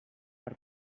per